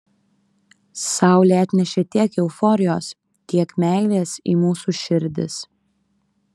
saulė atnešė tiek euforijos tiek meilės į mūsų širdis